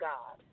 God